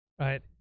right